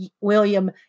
William